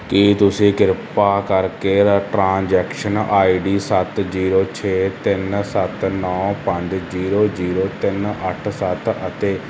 ਕੀ ਤੁਸੀਂ ਕ੍ਰਿਪਾ ਕਰਕੇ ਟ੍ਰਾਂਜੈਕਸ਼ਨ ਆਈ ਡੀ ਸੱਤ ਜੀਰੋ ਛੇ ਤਿੰਨ ਸੱਤ ਨੌਂ ਪੰਜ ਜੀਰੋ ਜੀਰੋ ਤਿੰਨ ਅੱਠ ਸੱਤ ਅਤੇ